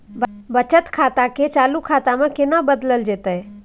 बचत खाता के चालू खाता में केना बदलल जेतै?